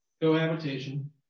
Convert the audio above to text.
Cohabitation